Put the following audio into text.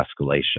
escalation